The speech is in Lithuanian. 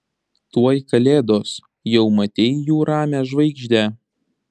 tuoj kalėdos jau matei jų ramią žvaigždę